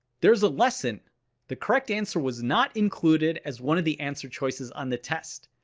there is a lesson the correct answer was not included as one of the answer choices on the test!